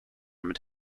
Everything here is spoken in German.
mit